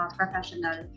professional